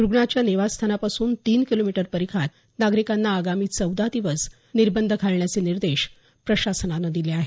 रुग्णाच्या निवासस्थानापासून तीन किलोमीटर परिघात नागरिकांना आगामी चौदा दिवस निर्बंध घालण्याचे निर्देश प्रशसनानं दिले आहेत